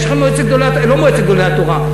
יש לכם מועצת גדולי, לא מועצת גדולי התורה.